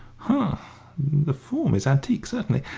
ha the form is antique, certainly.